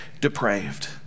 depraved